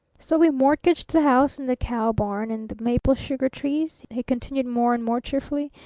so we mortgaged the house and the cow-barn and the maple-sugar trees, he continued, more and more cheerfully,